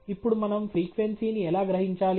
ఇప్పుడు మనము ఫ్రీక్వెన్సీని ఎలా గ్రహించాలి